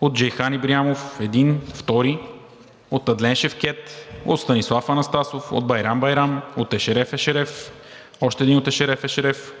от Джейхан Ибрямов, от Адлен Шевкед Станислав Анастасов, Байрам Байрам, от Ешереф Ешереф, още един от Ешереф Ешереф,